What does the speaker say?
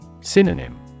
Synonym